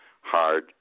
hard